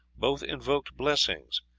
both invoked blessings.